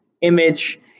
image